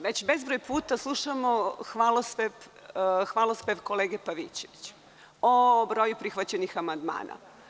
Već bezbroj puta slušamo hvalospev kolege Pavićevića o broju prihvaćenih amandmana.